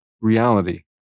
reality